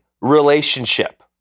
relationship